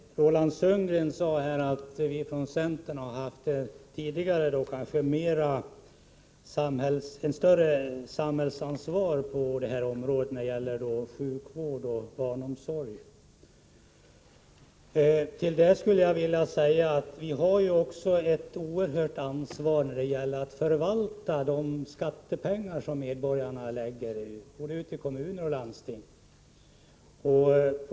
Herr talman! Roland Sundgren sade att vi från centern tidigare kanske haft ett större samhällsansvar på detta område när det gäller sjukvård och barnomsorg. Till det skulle jag vilja säga att vi har ett oerhört ansvar när det gäller att förvalta de skattepengar som medborgarna lägger ut i kommunerna och landstingen.